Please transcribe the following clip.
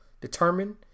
determined